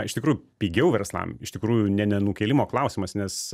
iš tikrųjų pigiau verslam iš tikrųjų ne nenukėlimo klausimas nes